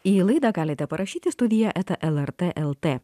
į laidą galite parašyti studiją eta lrt el t